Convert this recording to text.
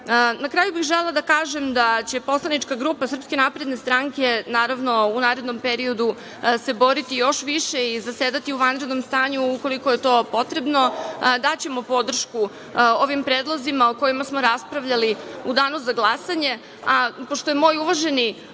kraju bih želela da kažem da će se poslanička grupa Srpske napredne stranke u narednom periodu boriti još više i zasedati u vanrednom stanju ukoliko je to potrebno, daćemo podršku ovim predlozima o kojima smo raspravljali u danu za glasanje. Pošto je moj uvaženi